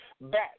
back